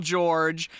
George